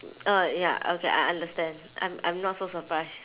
oh ya okay I understand I'm I'm not so surprised